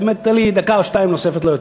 באמת תן לי דקה או שתיים נוספות, לא יותר.